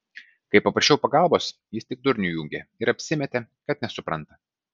kai paprašiau pagalbos jis tik durnių įjungė ir apsimetė kad nesupranta